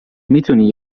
میتونی